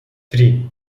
три